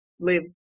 Live